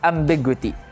Ambiguity